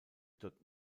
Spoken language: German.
dort